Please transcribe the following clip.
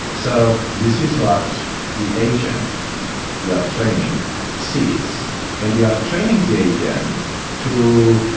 so this is what the agent you are training sees and you are training the agent to,